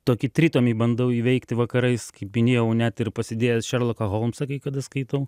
tokį tritomį bandau įveikti vakarais kaip minėjau net ir pasidėjęs šerloką holmsą kai kada skaitau